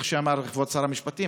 כי כפי שאמר כבוד שר המשפטים,